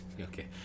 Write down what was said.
Okay